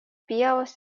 pievos